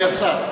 אדוני השר.